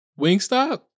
Wingstop